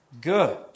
good